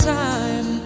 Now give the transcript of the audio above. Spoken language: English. time